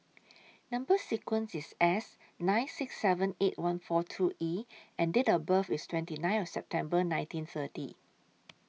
Number sequence IS S nine six seven eight one four two E and Date of birth IS twenty nine of September nineteen thirty